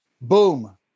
Boom